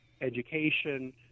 education